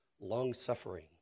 long-suffering